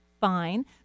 fine